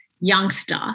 youngster